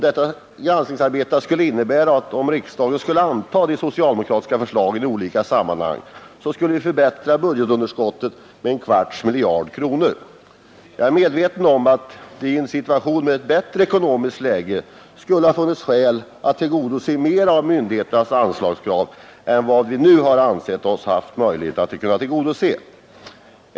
Detta granskningsarbete har resulterat i förslag som, om riksdagen antog dem, skulle innebära att vi skulle minska budgetunderskottet med en kvarts miljard kronor. Jag är medveten om att det i en situation med ett bättre ekonomiskt läge skulle ha funnits skäl att tillgodose mer av myndigheternas anslagsäskanden än vad vi nu ansett oss ha möjlighet att göra.